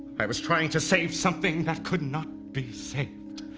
i was trying to save something that could not be saved